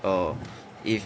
orh if